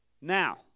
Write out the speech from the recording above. Now